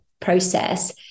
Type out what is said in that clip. process